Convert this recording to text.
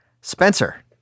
Spencer